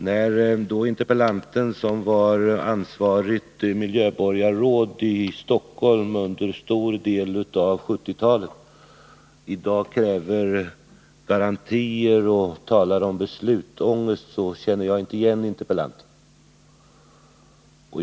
När interpellanten, som var ansvarigt miljöborgarråd i Stockholm under en stor del av 1970-talet, i dag kräver garantier och talar om beslutsånger, så känner jag inte igen interpellanten.